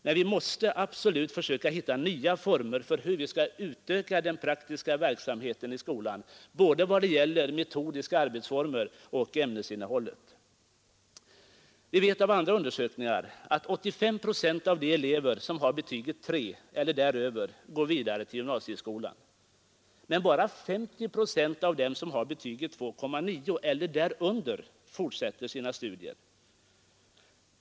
Nej, vi måste absolut försöka finna nya former för hur vi skall utöka den praktiska verksamheten i skolan, i vad det gäller både metodiska arbetsformer och ämnesinnehållet. Vi vet av andra undersökningar att 85 procent av de elever som har betyget 3 eller däröver går vidare till gymnasieskolan, men att bara 50 procent av dem som har betyget 2,9 eller därunder fortsätter sina studier.